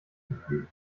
gefühl